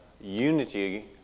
unity